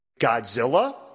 Godzilla